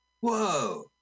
Whoa